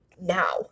now